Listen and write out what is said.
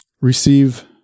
receive